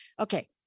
Okay